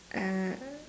uh